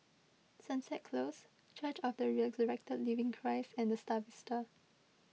Sunset Close Church of the Resurrected Living Christ and the Star Vista